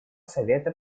совета